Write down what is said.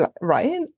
right